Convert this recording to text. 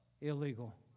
illegal